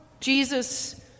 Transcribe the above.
Jesus